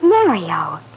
Mario